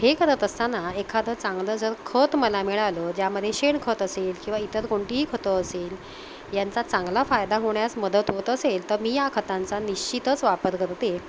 हे करत असताना एखादं चांगलं जर खत मला मिळालं ज्यामध्ये शेण खत असेल किंवा इतर कोणतीही खतं असेल यांचा चांगला फायदा होण्यास मदत होत असेल तर मी या खतांचा निश्चितच वापर करते